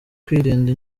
kwirinda